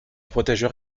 protègent